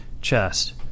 chest